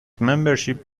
membership